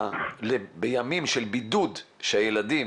בימים של בידוד שהילדים